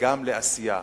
וגם לעשייה.